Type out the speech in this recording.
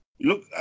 Look